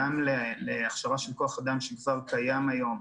גם להכשרה של כוח אדם שכבר קיים היום,